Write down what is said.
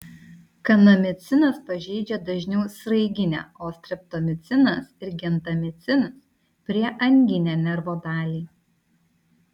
kanamicinas pažeidžia dažniau sraiginę o streptomicinas ir gentamicinas prieanginę nervo dalį